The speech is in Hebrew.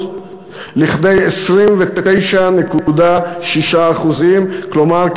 לכדי 29.6%. כלומר,